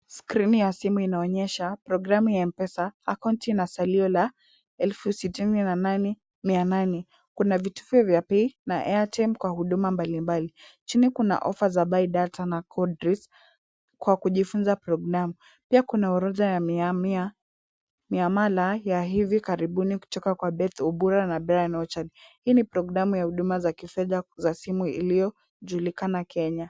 Skrini ya simu inaonyesha programu ya M-Pesa, akaunti na salio la elfu sitini na nane, mia nane. Kuna vitufe vya pay na airtime kwa huduma mbalimbali. Chini kuna offer za buy data na Kodris kwa kujifunza programu. Pia kuna orodha ya mia mia, miamala ya hivi karibuni kutoka kwa Beth Obura na Brian Ochard. Hii ni programu ya orodha ya fedha za simu iliyojulikana Kenya.